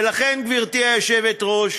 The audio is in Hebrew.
ולכן, גברתי היושבת-ראש,